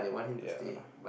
ya